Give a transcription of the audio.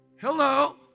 Hello